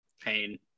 pain